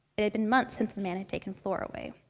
it had been months since the man had taken flor away.